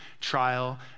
trial